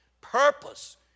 purpose